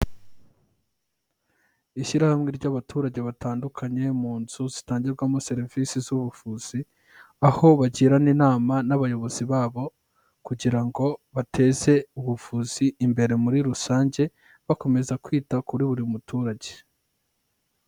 shyirahamwe ry'abaturage batandukanye mu nzu zitangirwamo serivisi z'ubuvuzi aho bagirana inama n'abayobozi babo kugira ngo bateze ubuvuzi imbere muri rusange bakomeza kwita kuri buri muturage.